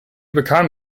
bekam